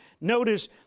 Notice